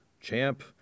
champ